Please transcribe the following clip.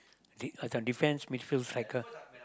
the on the defence missile striker